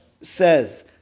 says